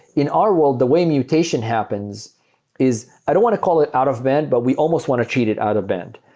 in our world, the way mutation happens is i don't want to call it out-of-band, but we almost want to treat it out-of-band.